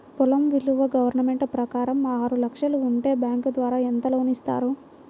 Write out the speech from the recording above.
పొలం విలువ గవర్నమెంట్ ప్రకారం ఆరు లక్షలు ఉంటే బ్యాంకు ద్వారా ఎంత లోన్ ఇస్తారు?